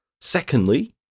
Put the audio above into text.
Secondly